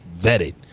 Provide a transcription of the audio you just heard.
vetted